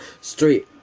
straight